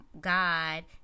God